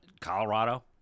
Colorado